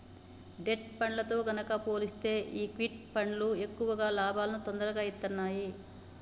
debt ఫండ్లతో గనక పోలిస్తే ఈక్విటీ ఫండ్లు ఎక్కువ లాభాలను తొరగా ఇత్తన్నాయి